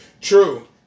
True